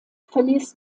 verließ